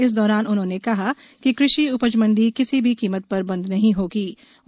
इस दौरान उन्होंने कहा कि कृषि उपज मंडी किसी भी कीमत पर बंद नही होगीं